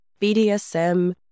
BDSM